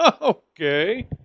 Okay